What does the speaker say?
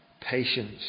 patience